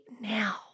now